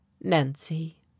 Nancy—